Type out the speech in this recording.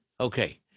Okay